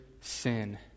sin